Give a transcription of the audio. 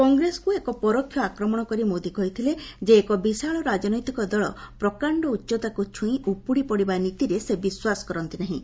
କଂଗ୍ରେସକୁ ଏକ ପରୋକ୍ଷ ଆକ୍ରମଣ କରି ମୋଦୀ କହିଥିଲେ ଯେ ଏକ ବିଶାଳ ରାଜନୈତିକ ଦଳ ପ୍ରକାଣ୍ଡ ଉଚ୍ଚତାକୁ ଛୁଇଁ ଉପୁଡ଼ି ପଡ଼ିବା ନୀତିରେ ସେ ବିଶ୍ୱାସ କରନ୍ତି ନାହିଁ